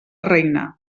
reina